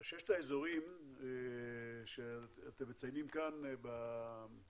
אבל ששת האזורים שאתם מציינים בטבלה